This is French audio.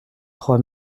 trois